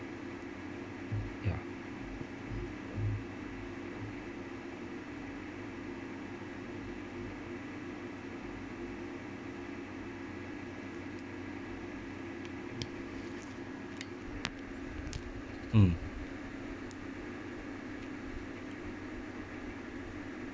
ya mm